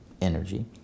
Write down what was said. energy